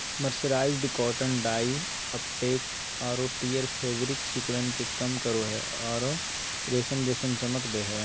mercerised cotton dye uptake आरो tear fabric सिकुड़न के कम करो हई आरो रेशम जैसन चमक दे हई